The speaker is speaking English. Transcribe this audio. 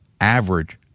Average